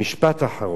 משפט אחרון.